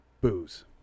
booze